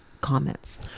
comments